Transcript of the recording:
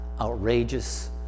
outrageous